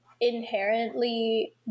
inherently